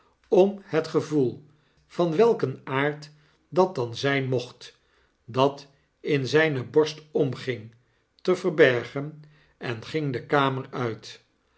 om het gevoel van welken aard dat dan zijn mocht dat in zijne borst omging te verbergen en ging de kamer uii